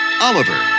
Oliver